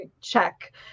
check